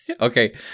Okay